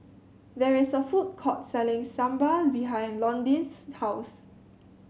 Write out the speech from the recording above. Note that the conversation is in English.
there is a food court selling Sambar behind Londyn's house